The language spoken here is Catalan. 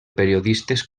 periodistes